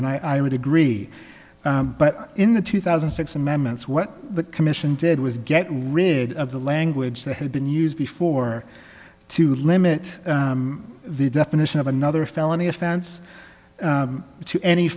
and i would agree but in the two thousand and six amendments what the commission did was get rid of the language that had been used before to limit the definition of another felony offense to any